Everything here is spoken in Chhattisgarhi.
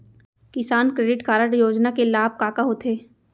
किसान क्रेडिट कारड योजना के लाभ का का होथे?